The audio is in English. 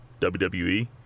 WWE